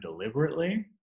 deliberately